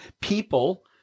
people